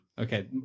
Okay